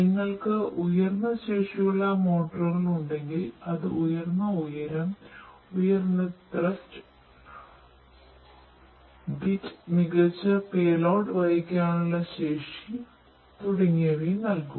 നിങ്ങൾക്ക് ഉയർന്ന ശേഷിയുള്ള മോട്ടോറുകൾ ഉണ്ടെങ്കിൽ അത് ഉയർന്ന ഉയരം ഉയർന്ന ത്രസ്റ്റ് ബിറ്റ് മികച്ച പേലോഡ് വഹിക്കാനുള്ള ശേഷി തുടങ്ങിയവ നൽകും